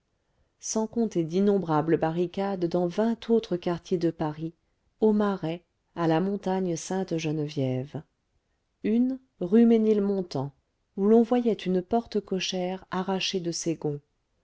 sans compter d'innombrables barricades dans vingt autres quartiers de paris au marais à la montagne sainte-geneviève une rue ménilmontant où l'on voyait une porte cochère arrachée de ses gonds